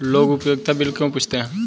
लोग उपयोगिता बिल क्यों पूछते हैं?